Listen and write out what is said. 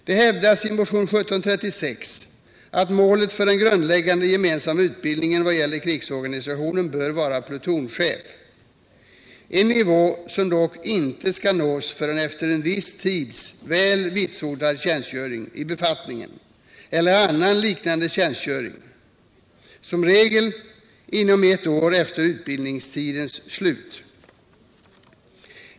Det hävdas i motion 1736 att målet för den grundläggande gemensamma utbildningen vad gäller krigsorganisationen bör vara plutonchef, en nivå som dock inte skall nås förrän efter en viss tids väl vitsordad tjänstgöring i befattningen eller annan liknande tjänstgöring — som regel inom ett år efter utbildningstidens slut.